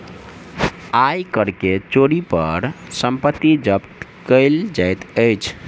आय कर के चोरी पर संपत्ति जब्त कएल जाइत अछि